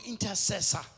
intercessor